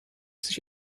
sich